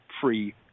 free